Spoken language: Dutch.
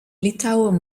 litouwen